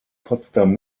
potsdam